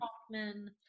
Hoffman